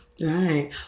Right